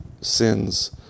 sins